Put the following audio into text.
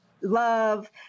love